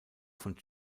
von